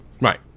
Right